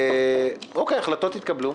ההחלטה התקבלה.